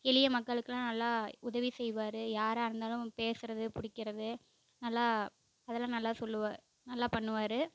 எளிய மக்களுக்கெல்லாம் நல்லா உதவி செய்வார் யாராக இருந்தாலும் பேசுகிறது பிடிக்கிறது நல்லா அதெல்லாம் நல்லா சொல்லுவார் நல்லா பண்ணுவார்